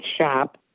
shop